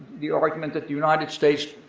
the argument that the united states,